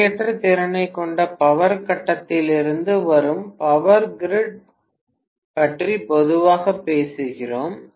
எல்லையற்ற திறனைக் கொண்ட பவர் கட்டத்திலிருந்து வரும் பவர் கிரிட் பற்றி பொதுவாகப் பேசுகிறோம்